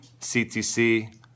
CTC